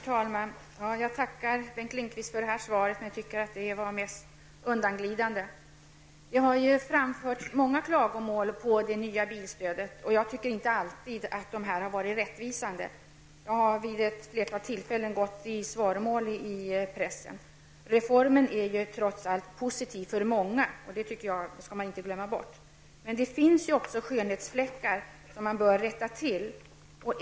Herr talman! Jag tackar Bengt Lindqvist för svaret, men jag tycker att det mest var undanglidande. Det har framförts många klagomål mot det nya bilstödet. Jag anser inte att de alltid varit rättvisande, och jag har vid ett flertal tillfällen gått i svaromål i pressen. Reformen är trots allt positiv för många, och det skall man inte glömma bort. Men det finns också skönhetsfläckar som bör rättas till.